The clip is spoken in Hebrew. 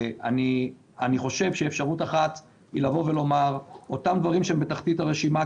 אני חושב שאפשרות אחת היא לבוא ולומר שאותם דברים שהם בתחתית הרשימה,